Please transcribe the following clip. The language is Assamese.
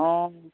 অঁ